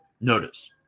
Notice